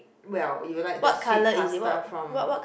well you'll like the sweet pasta from